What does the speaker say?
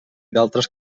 altres